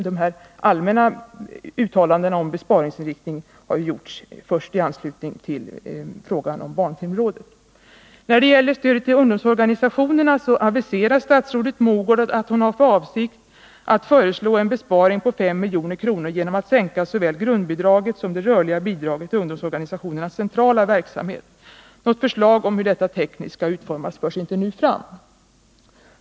De här allmänna uttalandena om besparingsinriktningen har ju gjorts först i anslutning till behandlingen av frågan om barnfilmrådet. När det gäller stödet till ungdomsorganisationerna aviserar statsrådet Mogård att hon har för avsikt att föreslå en besparing på 5 milj.kr. genom att man sänker såväl grundbidraget som det rörliga bidraget till tekniskt skall utformas förs inte nu fram.